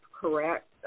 correct